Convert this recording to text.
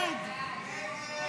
48 בעד, 57 נגד.